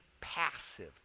passive